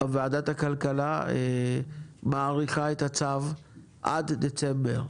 ועדת הכלכלה מאריכה את הצו עד דצמבר.